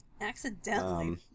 Accidentally